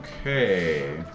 Okay